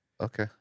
okay